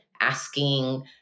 asking